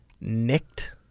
nicked